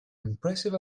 impressive